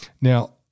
Now